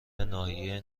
ناحیه